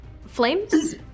flames